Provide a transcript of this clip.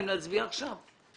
האם להצביע עכשיו.